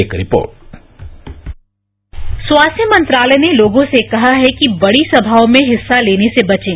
एक रिपोर्ट स्वास्थ्य मंत्रालय ने लोगों से कहा है कि बड़ी सभाओं में हिस्सा लेने से बचें